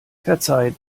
verzeiht